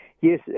Yes